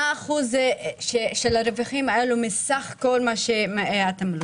מה אחוז הרווחים האלו מסך כל התמלוגים?